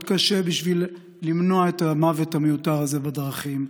קשה בשביל למנוע את המוות המיותר הזה בדרכים.